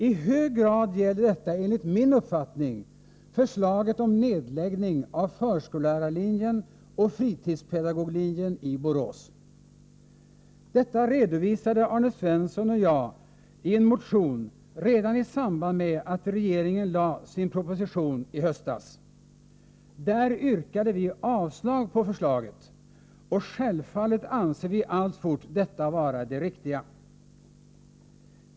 I hög grad gäller detta enligt min uppfattning förslaget om nedläggning av förskollärarlinjen och fritidspedagoglinjen i Borås. Detta redovisade Arne Svensson och jagi en motion redan i samband med att regeringen lade fram sin proposition i höstas. Där yrkade vi avslag på förslaget, och självfallet anser vi alltfort detta vara det riktiga.